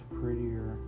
prettier